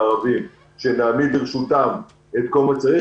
שנעמיד לרשותם את כל מה שצריך,